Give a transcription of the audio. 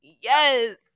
Yes